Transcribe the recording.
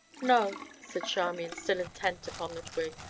no, said charmian, still intent upon the twig,